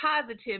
positive